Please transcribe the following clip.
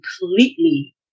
completely